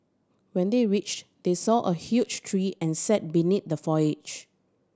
when they reached they saw a huge tree and sat beneath the foliage